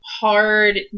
hard